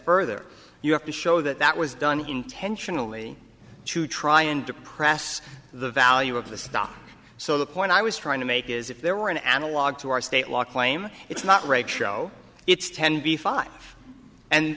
further you have to show that that was done intentionally to try and depress the value of the stock so the point i was trying to make is if there were an analogue to our state law claim it's not rape show it's ten b five